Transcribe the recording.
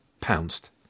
pounced